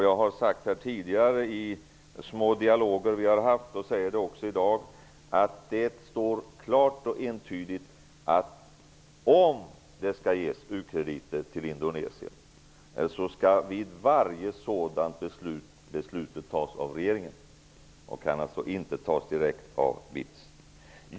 Jag har sagt tidigare i dialoger vi har haft och jag säger också i dag att det är regeringen som skall fatta beslut om u-krediter till Indonesien. Besluten kan alltså inte fattas direkt av BITS.